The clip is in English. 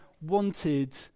wanted